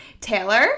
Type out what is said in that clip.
taylor